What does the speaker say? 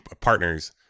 partners